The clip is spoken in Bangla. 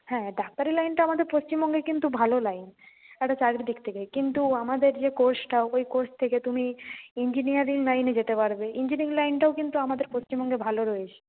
হ্যাঁ ডাক্তারি লাইনটা আমাদের পশ্চিমবঙ্গে কিন্তু ভালো লাইন একটা চাকরির দিক থেকে কিন্তু আমাদের যে কোর্সটা ওই কোর্স থেকে তুমি ইঞ্জিনিয়ারিং লাইনে যেতে পারবে ইঞ্জিনিয়ারিং লাইনটাও কিন্তু আমাদের পশ্চিমবঙ্গে ভালো রয়েছে